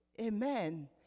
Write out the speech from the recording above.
Amen